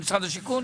זה לא בפנייה הזאת.